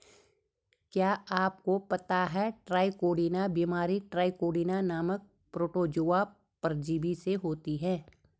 क्या आपको पता है ट्राइकोडीना बीमारी ट्राइकोडीना नामक प्रोटोजोआ परजीवी से होती है?